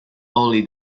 only